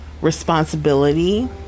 responsibility